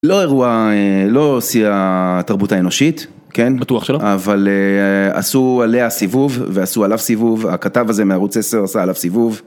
לא אירוע, לא שיא התרבות האנושית, כן, בטוח שלא, אבל עשו עליה סיבוב ועשו עליו סיבוב, הכתב הזה מערוץ 10 עשה עליו סיבוב.